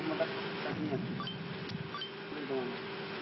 tomato ଚଟଣୀ ଆସିବ କୋଡ଼ିଏ ଟଙ୍କାରେ